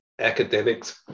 academics